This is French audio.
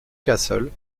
cassel